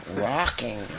Rocking